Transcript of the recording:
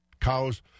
Cows